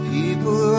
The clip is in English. People